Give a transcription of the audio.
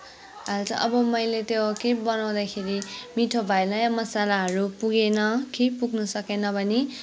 अब मैले त्यो केही बनाउँदाखेरि मिठो भएन या मसालाहरू पुगेन केही पुग्नु सकेन भने